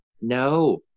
no